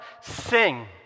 sing